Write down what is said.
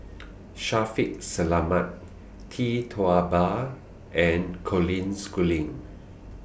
Shaffiq Selamat Tee Tua Ba and Colin Schooling